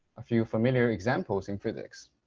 a few familiar examples in physics